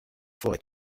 forêt